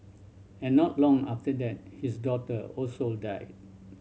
and not long after that his daughter also died